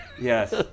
Yes